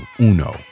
Uno